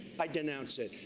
i denounce it.